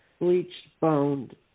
bleached-boned